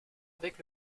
avec